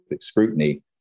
scrutiny